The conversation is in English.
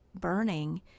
burning